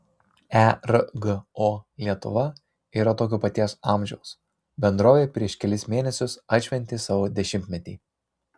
ergo lietuva yra tokio paties amžiaus bendrovė prieš kelis mėnesius atšventė savo dešimtmetį